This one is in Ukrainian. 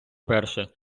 перше